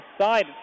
side